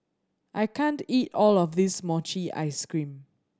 I can't eat all of this mochi ice cream